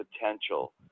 potential